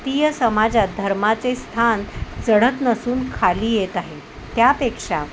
तीय समाजात धर्माचे स्थान चढत नसून खाली येत आहे त्यापेक्षा